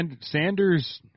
Sanders